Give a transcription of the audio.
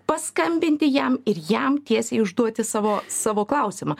paskambinti jam ir jam tiesiai užduoti savo savo klausimą